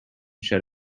shed